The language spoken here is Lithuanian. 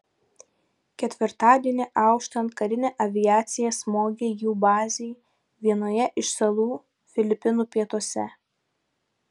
ketvirtadienį auštant karinė aviacija smogė jų bazei vienoje iš salų filipinų pietuose